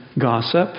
gossip